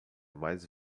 mais